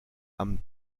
amb